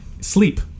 sleep